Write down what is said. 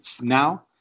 now